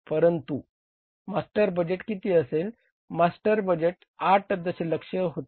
परंतु master budget किती होते मास्टर बजेट 8 दशलक्ष होते